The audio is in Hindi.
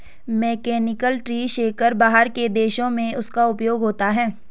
मैकेनिकल ट्री शेकर बाहर के देशों में उसका उपयोग होता है